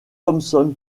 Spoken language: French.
thomson